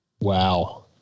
Wow